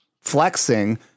flexing